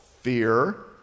fear